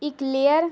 eclair